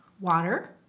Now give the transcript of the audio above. water